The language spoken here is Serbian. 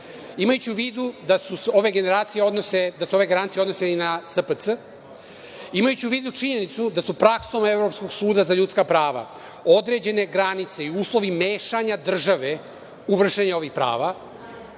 Imajući u vidu da se ove garancije odnose i na SPC, imajući u vidu činjenicu da su praksom Evropskog suda za ljudska prava određene granice i uslovi mešanja države u vršenje ovih prava,